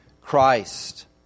Christ